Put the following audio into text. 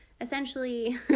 essentially